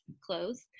close